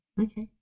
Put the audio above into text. Okay